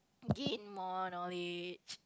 gain more knowledge